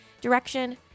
direction